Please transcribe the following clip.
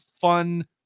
fun